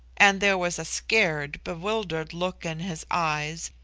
and there was a scared, bewildered look in his eyes,